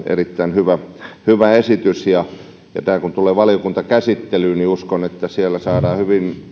erittäin hyvä esitys ja tämä kun tulee valiokuntakäsittelyyn niin uskon että siellä saadaan hyvin